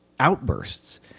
outbursts